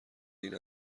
این